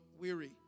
weary